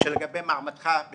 לגבי מעמדך.